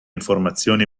informazioni